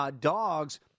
dogs